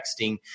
texting